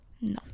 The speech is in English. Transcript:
no